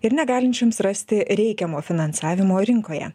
ir negalinčioms rasti reikiamo finansavimo rinkoje